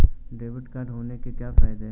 Debit card होने के क्या फायदे हैं?